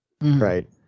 right